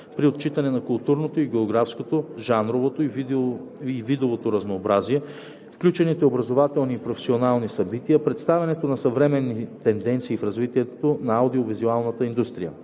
при отчитане на културното и географското, жанровото и видовото разнообразие, включените образователни и професионални събития, представянето на съвременни тенденции в развитието на аудио-визуалната индустрия;